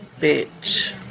bitch